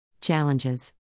Challenges